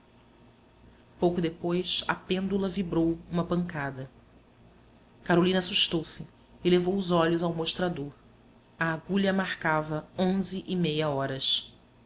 pouco depois a pêndula vibrou uma pancada carolina assustou-se e levou os olhos ao mostrador a agulha marcava onze e meia horas